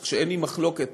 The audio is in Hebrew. כך שאין לי מחלוקת.